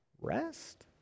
Rest